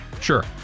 Sure